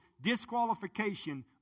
disqualification